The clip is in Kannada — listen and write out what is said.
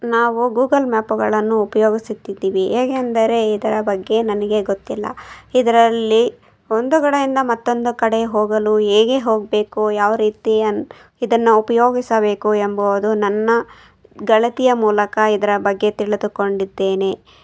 ನಾವು ಗೂಗಲ್ ಮ್ಯಾಪುಗಳನ್ನು ಉಪಯೋಗಿಸುತ್ತಿದ್ದೀವಿ ಹೇಗೆ ಅಂದರೆ ಇದರ ಬಗ್ಗೆ ನನಗೆ ಗೊತ್ತಿಲ್ಲ ಇದ್ರಲ್ಲಿ ಒಂದು ಕಡೆಯಿಂದ ಮತ್ತೊಂದು ಕಡೆ ಹೋಗಲು ಹೇಗೆ ಹೋಗಬೇಕು ಯಾವ ರೀತಿ ಅನ್ನು ಇದನ್ನ ಉಪಯೋಗಿಸಬೇಕು ಎಂಬವುದು ನನ್ನ ಗೆಳತಿಯ ಮೂಲಕ ಇದರ ಬಗ್ಗೆ ತಿಳಿದುಕೊಂಡಿದ್ದೇನೆ